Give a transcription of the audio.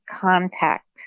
contact